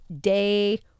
day